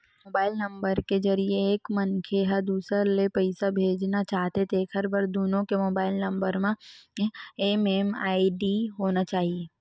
mobile number के जरिए एक मनखे ह दूसर ल पइसा भेजना चाहथे तेखर बर दुनो के मोबईल नंबर म एम.एम.आई.डी होना चाही